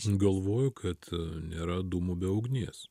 galvoju kad nėra dūmų be ugnies